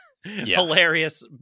hilarious